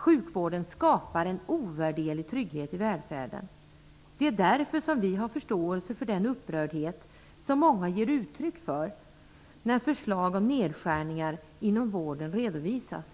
Sjukvården skapar en ovärderlig trygghet i välfärden. Det är därför vi har förståelse för den upprördhet som många ger uttryck för när förslag om nedskärningar inom vården redovisas.